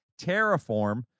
terraform